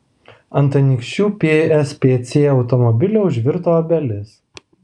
ant anykščių pspc automobilio užvirto obelis